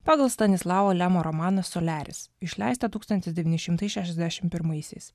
pagal stanislavo lemo romanas soliaris išleistą tūkstantis devyni šimtai šešiasdešim pirmaisiais